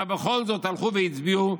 אך בכל זאת הלכו והצביעו,